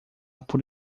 por